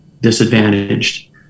disadvantaged